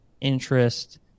interest